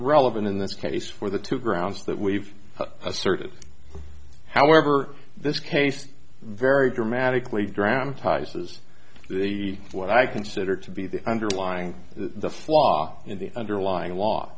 relevant in this case for the two grounds that we've asserted however this case very dramatically dramatizes the what i consider to be the underlying the flaw in the underlying law